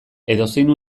edozein